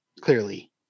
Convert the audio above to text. clearly